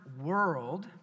world